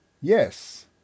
Yes